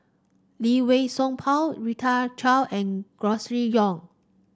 Lee Wei Song Paul Rita Chao and Grocery Yong